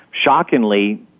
shockingly